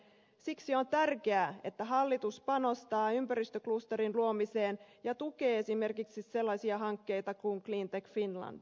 siksi on tärkeää että hallitus panostaa ympäristöklusterin luomiseen ja tukee esimerkiksi sellaisia hankkeita kuin cleantech finland